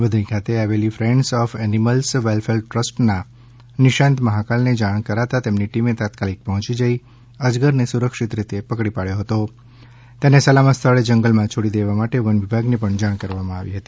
વઘાઈ ખાતે આવેલી friends of animals welfare trust ના નિશાંત મહાકાળને જાણ કરતા તેમની ટીમે તાત્કાલિક પોંહચી જઈ અજગરને સુરક્ષિત રીતે પકડી લીધો હતો અને તેને સલામત સ્થળે જંગલ માં છોડી દેવા માટે વન વિભાગને જાણ કરવામાં આવી હતી